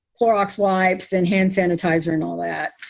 clorox wipes and hand sanitizer and all that.